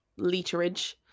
literage